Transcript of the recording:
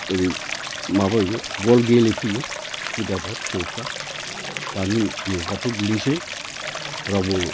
ओरै माबायो बल गेलेफैयो खुदियाफ्रा फिसौफ्रा दानि मुगाथ' बेनोसै रावबो